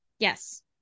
Yes